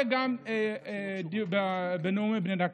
וגם בנאומים בני דקה.